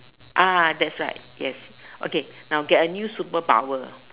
ah that's right yes okay now get a new super power